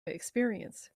experience